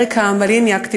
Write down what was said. אריקה מליניאק,